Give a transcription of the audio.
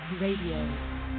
Radio